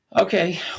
Okay